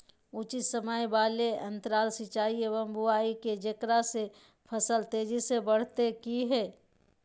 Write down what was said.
उचित समय वाले अंतराल सिंचाई एवं बुआई के जेकरा से फसल तेजी से बढ़तै कि हेय?